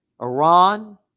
Iran